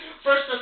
First